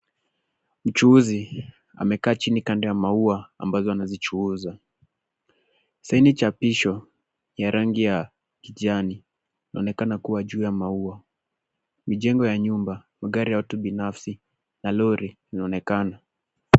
Mchuuzi amekaa chini kando ya maua ambazo ana zichuuza sign chapisho ya rangi ya kijani inonekana kuwa juu ya maua mijengo ya nyumba, magari ya watu binafsi na lori linaonekana.